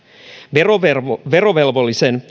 verovelvollisen verovelvollisen